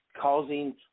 causing